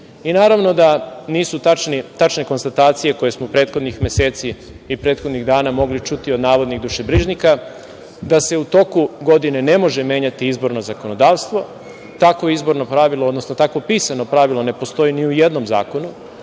da nisu tačne konstatacije koje smo prethodnih meseci i prethodnih dana mogli čuti od navodnih dušebrižnika da se u toku godine ne može menjati izborno zakonodavstvo, tako izborno pravilo, odnosno takvo pisano pravilo ne postoji ni u jednom zakonu,